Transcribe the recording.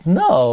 no